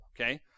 Okay